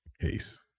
case